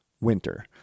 winter